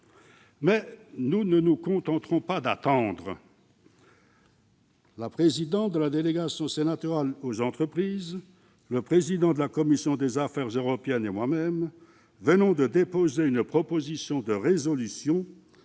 Mais nous ne nous contenterons pas d'attendre. La présidente de la délégation sénatoriale aux entreprises, le président de la commission des affaires européennes et moi-même venons de déposer une proposition de résolution